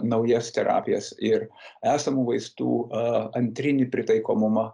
naujas terapijas ir esamų vaistų a antrinį pritaikomumą